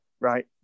Right